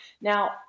now